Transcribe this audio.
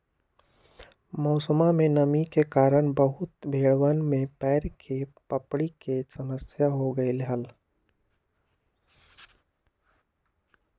मौसमा में नमी के कारण बहुत भेड़वन में पैर के पपड़ी के समस्या हो गईले हल